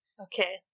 Okay